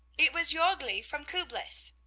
it was jorgli from kublis.